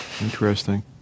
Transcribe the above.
Interesting